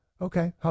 Okay